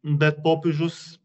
bet popiežius